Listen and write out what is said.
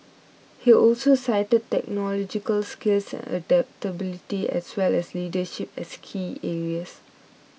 he also cited technological skills and adaptability as well as leadership as key areas